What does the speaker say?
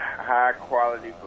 high-quality